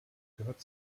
gehört